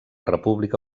república